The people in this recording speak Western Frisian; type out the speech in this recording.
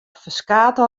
ferskate